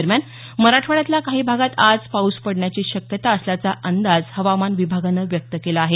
दरम्यान मराठवाड्यातल्या काही भागात आज पाऊस पडण्याची शक्यता असल्याचा अंदाज हवामान विभागानं व्यक्त केला आहे